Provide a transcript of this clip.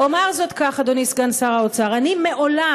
אומר זאת כך, אדוני סגן שר האוצר: אני מעולם,